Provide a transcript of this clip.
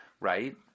right